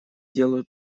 делаю